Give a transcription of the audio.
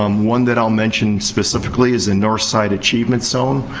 um one that i'll mention specifically is the northside achievement zone.